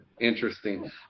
Interesting